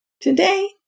Today